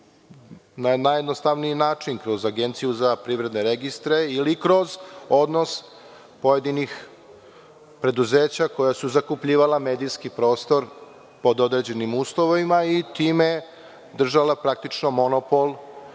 najjednostavniji način, kroz Agenciju za privredne registre, ili kroz odnos pojedinih preduzeća koja zakupljivala medijski prostor pod određenim uslovima, i time držala, praktično, monopol